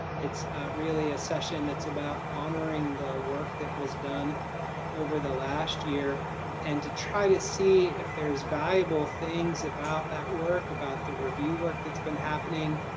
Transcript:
it's really a session that's about honoring the work that was done over the last year and to try to see if there's valuable things about that work. about the review work that's been happening